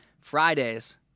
Fridays